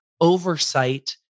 oversight